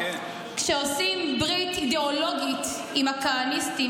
כשעושים ברית אידיאולוגית עם הכהניסטים,